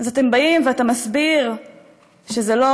אז אתה בא ומסביר שזה לא